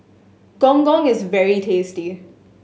Gong Gong is very tasty